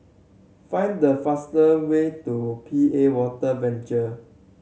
find the fastest way to P A Water Venture